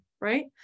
right